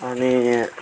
अनि